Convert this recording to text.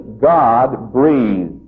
God-breathed